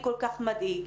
מדאיג.